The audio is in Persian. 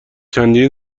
چندین